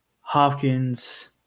Hopkins